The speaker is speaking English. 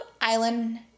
Island